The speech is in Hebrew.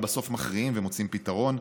אבל בסוף מכריעים ומוצאים פתרון.